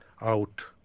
out